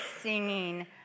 singing